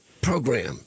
program